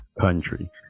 country